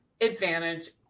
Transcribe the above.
advantage